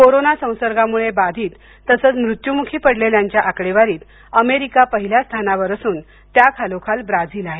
corona संसर्गामुळे बाधित तसंच मृत्युमुखी पडलेल्यांच्या आकडेवारीत अमेरिका पहिल्या स्थानावर असून त्या खालोखाल ब्राझील आहे